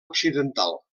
occidental